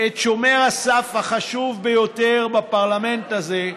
את שומר הסף החשוב ביותר בפרלמנט הזה,